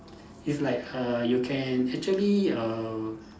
it's like err you can actually err